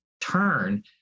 turn